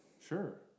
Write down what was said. Sure